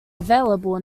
available